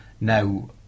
now